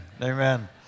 Amen